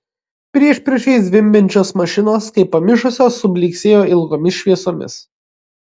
priešpriešiais zvimbiančios mašinos kaip pamišusios sublyksėjo ilgomis šviesomis